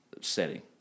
setting